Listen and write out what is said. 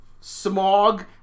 smog